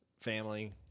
family